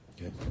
Okay